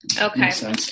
Okay